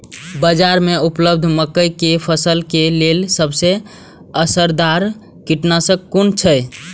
बाज़ार में उपलब्ध मके के फसल के लेल सबसे असरदार कीटनाशक कुन छै?